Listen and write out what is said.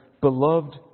beloved